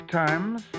times